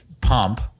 pump